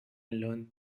learn